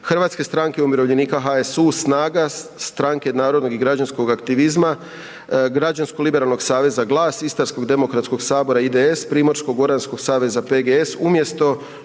Hrvatske stranke umirovljenika, HSU, SNAGA, Stranke narodnog i građanskog aktivizma, Građansko-liberalnog aktivizma, GLAS, Istarsko demokratskog sabora, IDS, Primorsko-goranskog saveza, PGS umjesto